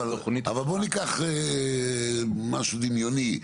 אבל בוא ניקח משהו דמיוני,